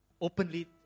openly